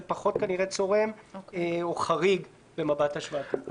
וזה פחות צורם או חריג במבט השוואתי.